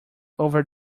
over